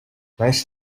nice